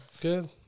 good